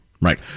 Right